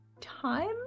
time